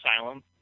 Asylum